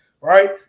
right